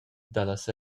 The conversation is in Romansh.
dallas